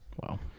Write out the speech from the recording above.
Wow